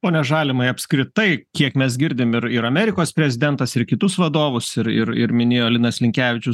pone žalimai apskritai kiek mes girdim ir ir amerikos prezidentas ir kitus vadovus ir ir ir minėjo linas linkevičius